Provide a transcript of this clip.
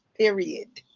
period.